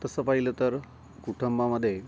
तसं पाहिलं तर कुटुंबामध्ये